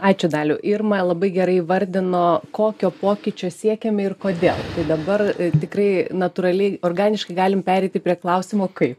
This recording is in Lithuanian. ačiū daliau irma labai gerai įvardino kokio pokyčio siekiame ir kodėl dabar tikrai natūraliai organiškai galim pereiti prie klausimo kaip